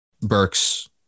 Burks